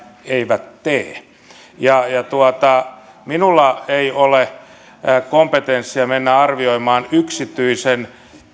eivät tee minulla ei ole kompetenssia mennä arvioimaan yksityisen